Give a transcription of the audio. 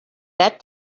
that